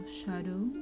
shadow